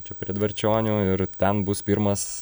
čia prie dvarčionių ir ten bus pirmas